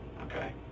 Okay